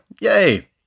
yay